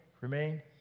remain